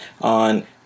on